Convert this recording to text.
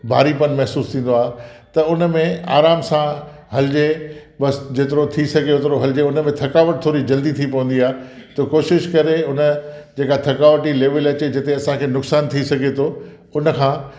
भारीपन महिसूसु थींदो आहे त उन में आराम सां हलिजे बसि जेतिरो थी सघे ओतिरो हलिजे उन में थकावट थोरी जल्दी थी पवंदी आहे त कोशिशि करे उन में जेका थकावटी लेवल अचे जिते असांखे नुक़सान थी सघे थो उन खां